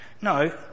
No